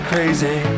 Crazy